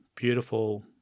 beautiful